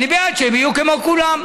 אני בעד שהם יהיו כמו כולם.